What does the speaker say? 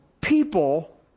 people